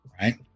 right